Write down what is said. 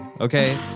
okay